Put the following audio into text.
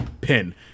pin